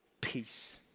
peace